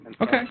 Okay